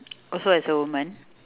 also as a woman